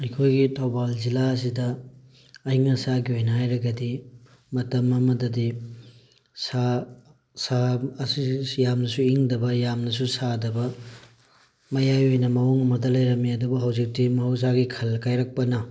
ꯑꯩꯈꯣꯏꯒꯤ ꯊꯧꯕꯥꯜ ꯖꯤꯂꯥ ꯑꯁꯤꯗ ꯑꯏꯪ ꯑꯁꯥꯒꯤ ꯑꯣꯏꯅ ꯍꯥꯏꯔꯒꯗꯤ ꯃꯇꯝ ꯑꯃꯗꯗꯤ ꯁꯥ ꯁꯥ ꯌꯥꯝꯅꯁꯨ ꯏꯪꯗꯕ ꯌꯥꯝꯅꯁꯨ ꯁꯥꯗꯕ ꯃꯌꯥꯏ ꯑꯣꯏꯅ ꯃꯑꯣꯡ ꯑꯃꯗ ꯂꯩꯔꯝꯃꯤ ꯑꯗꯨꯕꯨ ꯍꯧꯖꯤꯛꯇꯤ ꯃꯍꯧꯁꯥꯒꯤ ꯈꯜ ꯀꯥꯏꯔꯛꯄꯅ